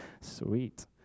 Sweet